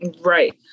Right